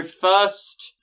first